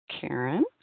Karen